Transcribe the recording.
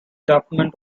documents